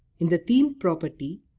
in the theme property,